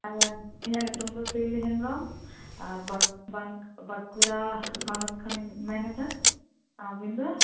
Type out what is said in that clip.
ᱤᱧᱟᱹᱜ ᱧᱩᱛᱩᱢ ᱫᱚ ᱥᱤᱭᱩᱞᱤ ᱦᱮᱢᱵᱨᱚᱢ ᱵᱟᱸᱠᱩᱲᱟ ᱦᱚᱱᱚᱛ ᱠᱷᱚᱱᱤᱧ ᱢᱮᱱᱮᱫᱟ ᱟᱹᱵᱤᱱᱫᱚ